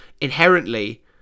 inherently